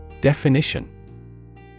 Definition